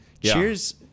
Cheers